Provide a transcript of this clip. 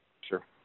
Sure